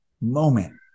moment